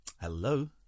hello